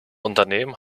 unternehmen